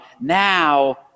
now